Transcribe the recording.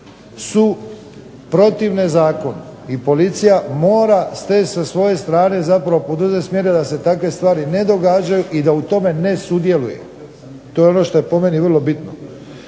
su protivne zakonu i policija mora sa svoje strane zapravo poduzet mjere da se takve stvari ne događaju i da u tome ne sudjeluje. To je ono što je po meni vrlo bitno.